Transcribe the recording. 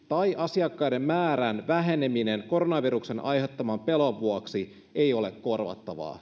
tai asiakkaiden määrän väheneminen koronaviruksen aiheuttaman pelon vuoksi ei ole korvattavaa